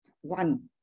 one